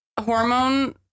hormone